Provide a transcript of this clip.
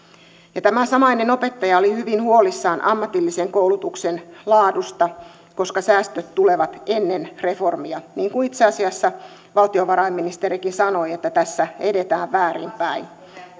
tämä samainen opettaja oli hyvin huolissaan ammatillisen koulutuksen laadusta koska säästöt tulevat ennen reformia niin kuin itse asiassa valtiovarainministerikin sanoi että tässä edetään väärinpäin